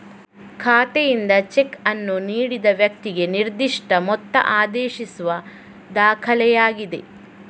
ಖಾತೆಯಿಂದ ಚೆಕ್ ಅನ್ನು ನೀಡಿದ ವ್ಯಕ್ತಿಗೆ ನಿರ್ದಿಷ್ಟ ಮೊತ್ತ ಆದೇಶಿಸುವ ದಾಖಲೆಯಾಗಿದೆ